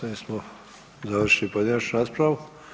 S ovim smo završili pojedinačnu raspravu.